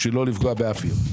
כדי לא לפגוע באף עיר.